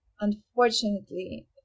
unfortunately